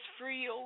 free